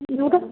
Utah